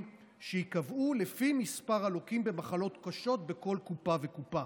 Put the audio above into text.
שייקבעו לפי מספר הלוקים במחלות קשות בכל קופה וקופה.